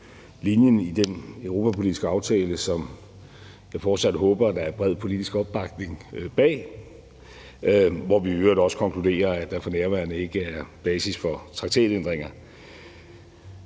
linjen i den europapolitiske aftale, som jeg fortsat håber der er bred politisk opbakning bag, og hvor vi i øvrigt også konkluderer, at der for nærværende ikke er basis for traktatændringer.